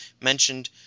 mentioned